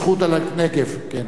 שאתה אמרת,